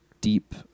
deep